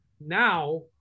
now